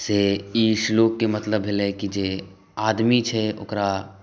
से ई श्लोकके मतलब भेलै कि जे आदमी छै ओकरा